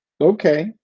Okay